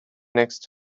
next